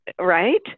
Right